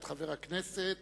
חבר הכנסת